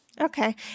Okay